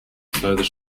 further